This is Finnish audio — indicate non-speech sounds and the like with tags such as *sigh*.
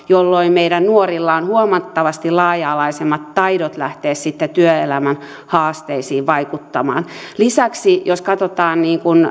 *unintelligible* jolloin meidän nuorilla on huomattavasti laaja alaisemmat taidot lähteä sitten työelämän haasteisiin vaikuttamaan lisäksi jos katsotaan